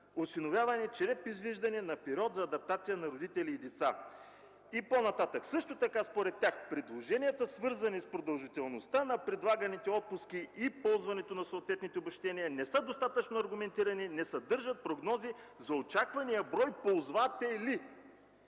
осиновяване чрез предвиждане на период за адаптация на родители и деца”. И по-нататък – също така според тях: „Предложенията, свързани с продължителността на предлаганите отпуски и ползването на съответните обезщетения, не са достатъчно аргументирани, не съдържат прогнози за очаквания брой ползватели